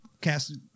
cast